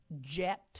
jet